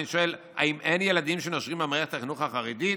ואני שואל: האם אין ילדים שנושרים במערכת החינוך החרדית?